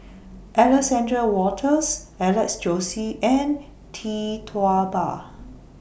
Alexander Wolters Alex Josey and Tee Tua Ba